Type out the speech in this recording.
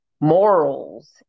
morals